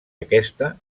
aquesta